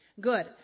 Good